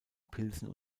pilsen